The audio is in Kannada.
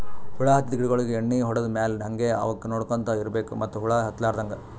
ಹುಳ ಹತ್ತಿದ್ ಗಿಡಗೋಳಿಗ್ ಎಣ್ಣಿ ಹೊಡದ್ ಮ್ಯಾಲ್ ಹಂಗೆ ಅವಕ್ಕ್ ನೋಡ್ಕೊಂತ್ ಇರ್ಬೆಕ್ ಮತ್ತ್ ಹುಳ ಹತ್ತಲಾರದಂಗ್